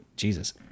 Jesus